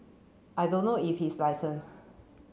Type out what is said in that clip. I don't know if he is licensed